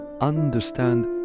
understand